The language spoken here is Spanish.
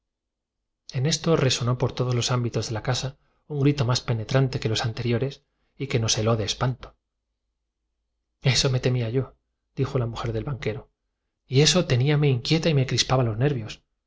en esto resonó por todos los ámbitos de la casa un grito más pene fer quise pedir la mano de victorina entonces huí viajé y pasando trante que los anteriores y que nos heló de espanto por alemania fuíme a andernach pero regresé y encontré a victori eso me temía yodijo la mujer del na pálida y enflaquecida si la hubiese vuelto a ver llena de salud banquero y eso teníame inquieta y me crispaba los nervios